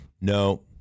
No